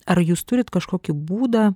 ar jūs turit kažkokį būdą